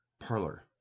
Parlor